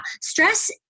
stress